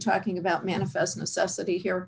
talking about manifest necessity here